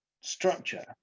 structure